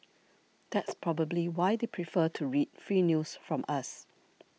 that's probably why they prefer to read free news from us